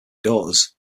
daughters